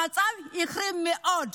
המצב החמיר מאוד.